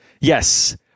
Yes